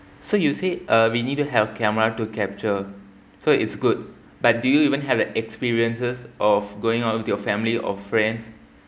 so you say uh we need to have camera to capture so it's good but do you even have the experiences of going out with your family or friends